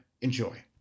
Enjoy